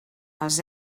els